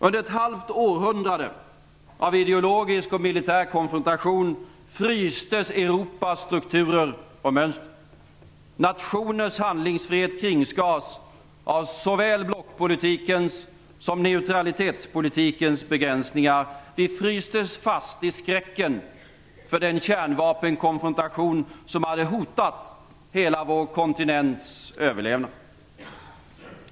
Under ett halvt århundrade av ideologisk och militär konfrontation frystes Europas strukturer och mönster. Nationers handlingsfrihet kringskars av såväl blockpolitikens som neutralitetspolitikens begränsningar. Vi frystes fast i skräcken för den kärnvapenkonfrontation som hade hotat hela vår kontinents överlevnad.